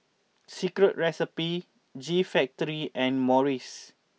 Secret Recipe G Factory and Morries